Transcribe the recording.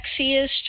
sexiest